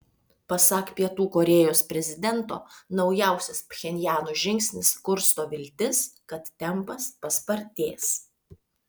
pasak pietų korėjos prezidento naujausias pchenjano žingsnis kursto viltis kad tempas paspartės